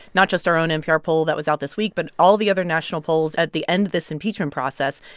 not just our own npr poll that was out this week, but all the other national polls at the end of this impeachment process,